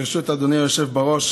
ברשות אדוני היושב בראש,